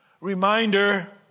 Reminder